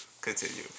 Continue